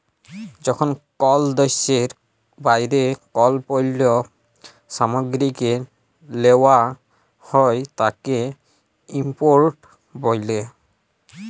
যখন কল দ্যাশের বাইরে কল পল্য সামগ্রীকে লেওয়া হ্যয় তাকে ইম্পোর্ট ব্যলে